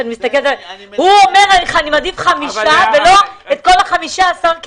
הוא אומר: אני מעדיף חמישה ולא את כל ה-15 כי